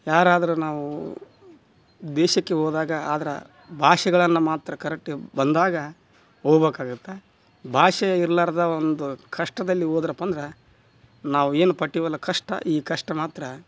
ಯಾರಾದರೂ ನಾವು ದೇಶಕ್ಕೆ ಹೋದಾಗ ಅದರ ಭಾಷೆಗಳನ್ನು ಮಾತ್ರ ಕರೆಕ್ಟ್ ಆಗಿ ಬಂದಾಗ ಹೋಗ್ಬಕಾಗತ್ತೆ ಭಾಷೆ ಇರ್ಲಾರ್ದೆ ಒಂದು ಕಷ್ಟದಲ್ಲಿ ಹೋದ್ರಪ್ಪ ಅಂದ್ರೆ ನಾವು ಏನು ಪಟ್ಟೆವಲ್ಲ ಕಷ್ಟ ಈ ಕಷ್ಟ ಮಾತ್ರ